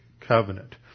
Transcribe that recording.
covenant